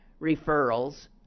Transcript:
referrals